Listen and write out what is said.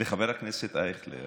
לחבר הכנסת אייכלר